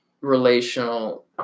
relational